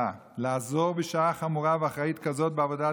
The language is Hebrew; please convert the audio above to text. חוצבת להבות אש לעזור בשעה חמורה ואחראית כזו בעבודת